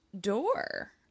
door